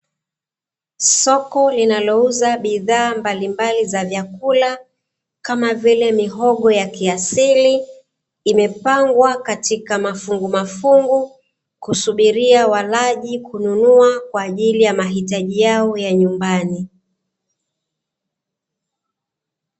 Soko linalouza bidhaa mbalimbali za vyakula, kama vile mihogo ya kiasili, imepangwa katika mafungumafungu, kusibiria walaji kununua kwa ajili ya mahitaji yao ya nyumbani.